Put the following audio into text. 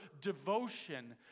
devotion